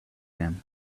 him